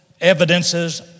evidences